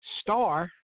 Star